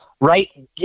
right